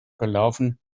gelaufen